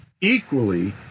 Equally